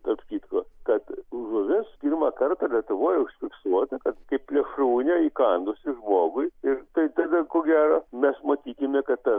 tarp kitko kad žuvis pirmą kartą lietuvoje užfiksuota kad kaip plėšrūnė įkandusi žmogui ir tai tai ko gero mes matykime kad ta